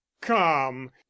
come